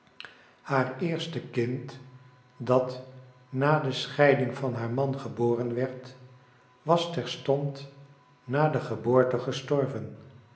haar eerste kind dat na de scheiding van haar man geboren werd was terstond na de geboorte gestorven